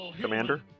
Commander